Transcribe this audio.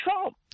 Trump